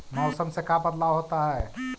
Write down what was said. मौसम से का बदलाव होता है?